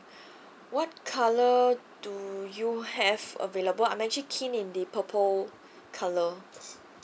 what colour do you have available I'm actually keen in the purple colour